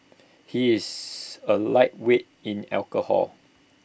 he is A lightweight in alcohol